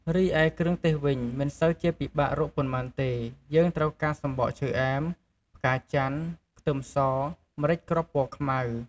រីឯគ្រឿងទេសវិញមិនសូវជាពិបាករកប៉ុន្មានទេ យើងត្រូវការសំបកឈើអែម ផ្កាចន្ទន៍ ខ្ទឹមស ម្រេចគ្រាប់ពណ៌ខ្មៅ។